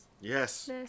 Yes